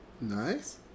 Nice